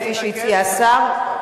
כפי שהציע השר,